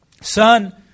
Son